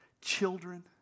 children